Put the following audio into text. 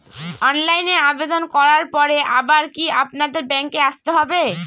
অনলাইনে আবেদন করার পরে আবার কি আপনাদের ব্যাঙ্কে আসতে হবে?